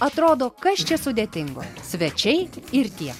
atrodo kas čia sudėtingo svečiai ir tie